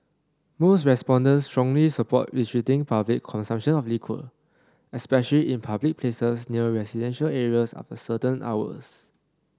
most respondents strongly support restricting public consumption of liquor especially in public places near residential areas after certain hours